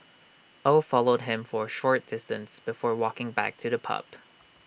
oh followed him for A short distance before walking back to the pub